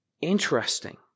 Interesting